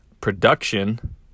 production